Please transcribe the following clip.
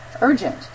urgent